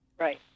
Right